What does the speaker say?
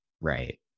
Right